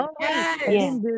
Yes